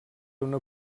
una